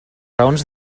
raons